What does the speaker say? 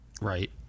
Right